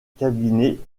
cabinet